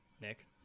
Nick